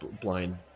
blind